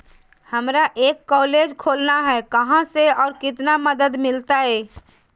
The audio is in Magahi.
हमरा एक कॉलेज खोलना है, कहा से और कितना मदद मिलतैय?